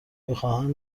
میخواهند